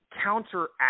counteract